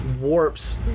warps